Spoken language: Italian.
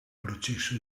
processo